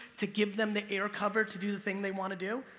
to give them the air cover to do the thing they wanna do?